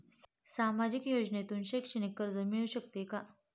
सामाजिक योजनेतून शैक्षणिक कर्ज मिळू शकते का?